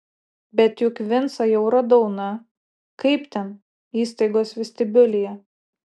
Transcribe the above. bet juk vincą jau radau na kaip ten įstaigos vestibiulyje